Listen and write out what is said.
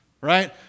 Right